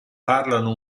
parlano